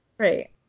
Right